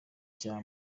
cya